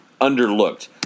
underlooked